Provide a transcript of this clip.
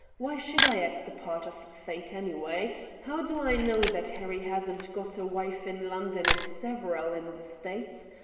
why should i act the part of fate, anyway? how do i know that harry hasn't got a wife in london and several in the states?